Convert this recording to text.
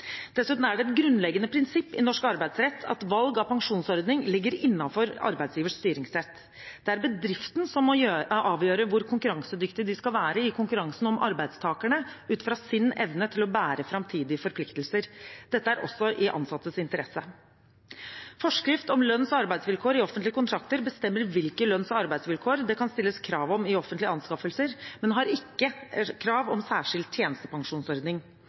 Dessuten er det et grunnleggende prinsipp i norsk arbeidsrett at valg av pensjonsordning ligger innenfor arbeidsgivers styringsrett. Det er bedriften som må avgjøre hvor konkurransedyktig den skal være i konkurransen om arbeidstakerne, ut fra sin evne til å bære framtidige forpliktelser. Dette er også i ansattes interesse. Forskrift om lønns- og arbeidsvilkår i offentlige kontrakter bestemmer hvilke lønns- og arbeidsvilkår det kan stilles krav om i offentlige anskaffelser, men har ikke krav om særskilt tjenestepensjonsordning.